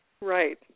Right